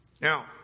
Now